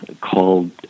called